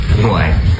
boy